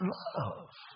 love